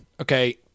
Okay